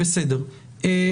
הוא יעלה.